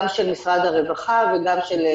גם של משרד הרווחה וגם של משרד השיכון.